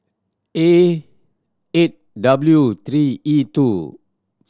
A eight W three E two